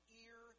ear